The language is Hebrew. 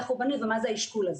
איך הוא בנוי ומה זה האשכול הזה.